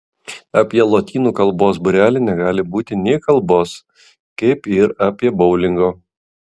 apie lotynų kalbos būrelį negali būti nė kalbos kaip ir apie boulingo